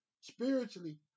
Spiritually